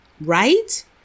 right